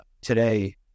today